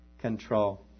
control